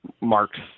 marks